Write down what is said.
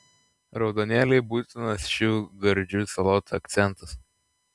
raudonėliai būtinas šių gardžių salotų akcentas